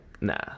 nah